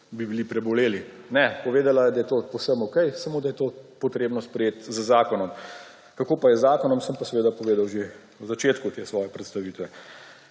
bi bili preboleli. Ne, povedala je, da je to povsem okej, samo da je to potrebno sprejeti z zakonom. Kako pa je z zakonom, sem pa seveda povedal že v začetku te svoje predstavitve.